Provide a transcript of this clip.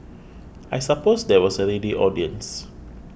I suppose there was a ready audience